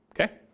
Okay